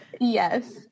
Yes